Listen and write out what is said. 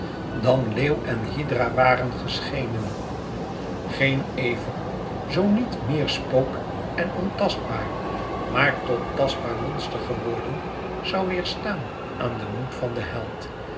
dan leeuw en hydra waren geschenen geen ever zoo niet meer spook en ontastbaar maar tot tastbaar monster geworden zoû weêrstaan aan den moed van den held